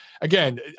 again